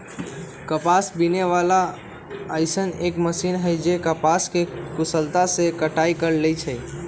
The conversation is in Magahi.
कपास बीने वाला अइसन एक मशीन है जे कपास के कुशलता से कटाई कर लेई छई